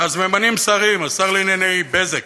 אז ממנים שרים, השר לענייני "בזק",